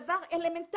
זה דבר אלמנטרי.